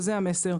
שזה המסר,